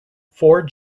four